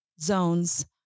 zones